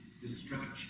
distraction